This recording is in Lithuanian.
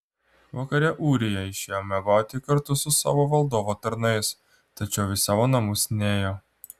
vakare ūrija išėjo miegoti kartu su savo valdovo tarnais tačiau į savo namus nėjo